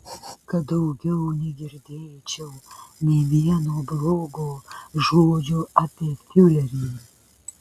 kad daugiau negirdėčiau nė vieno blogo žodžio apie fiurerį